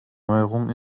neuerungen